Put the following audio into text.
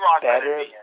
better